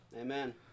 Amen